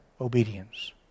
obedience